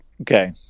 Okay